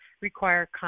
require